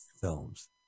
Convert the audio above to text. films